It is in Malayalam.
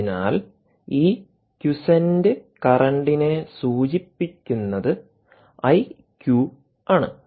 അതിനാൽ ഈ ക്വിസന്റ് കറണ്ടിനെ സൂചിപ്പിക്കുന്നത് ഐ ക്യു ആണ്